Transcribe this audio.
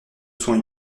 sont